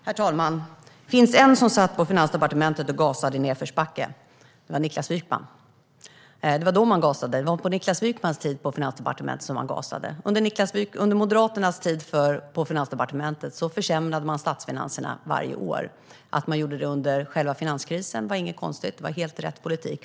Herr talman! Det finns en som satt på Finansdepartementet och gasade i nedförsbacke. Det var Niklas Wykman. Det var på Niklas Wykmans tid på Finansdepartement som man gasade. Under Moderaternas tid på Finansdepartementet försämrade man statsfinanserna varje år. Att man gjorde det under själva finanskrisen var inget konstigt; det var helt rätt politik.